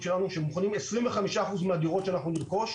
25% מהדירות שנרכוש,